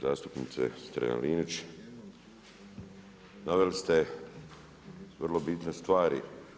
Zastupnice Strenja Linić naveli ste vrlo bitne stvari.